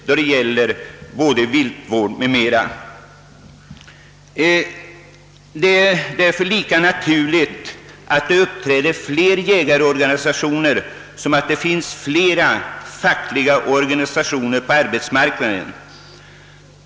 Det är därför lika naturligt att det uppstår fler jägarorganisationer som att det finns flera fackliga organisationer på arbetsmarknaden.